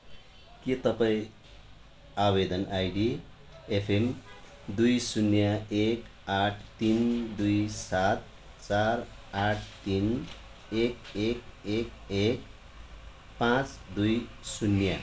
के तपाईँँ आवेदन आइडी एफएम दुई शून्य एक आठ तिन दुई सात चार आठ तिन एक एक एक एक पाँच दुई शून्य